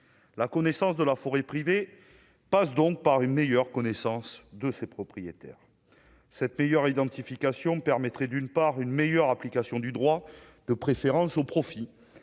la connaissance de la forêt privée passe donc par une meilleure connaissance de ses propriétaires, cette meilleure identification permettrait d'une part une meilleure application du droit de préférence au profit